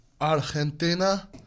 Argentina